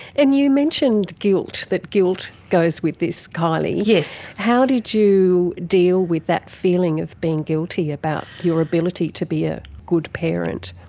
and you mentioned guilt, that guilt goes with this, kylie. how did you deal with that feeling of being guilty about your ability to be a good parent?